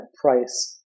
price